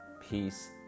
peace